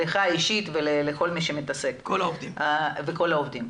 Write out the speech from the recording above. לך אישית ולכל מי שמתעסק, וכל העובדים.